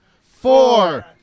four